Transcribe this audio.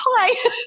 hi